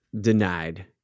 denied